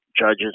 judges